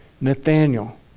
Nathaniel